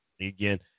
Again